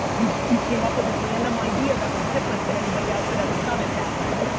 you you came up with a random idea that was different than anybody else had ever done it that way.